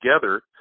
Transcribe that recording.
together